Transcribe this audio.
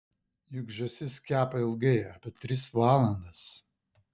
juk žąsis kepa ilgai apie tris valandas